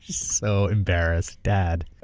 so embarrassed, dad,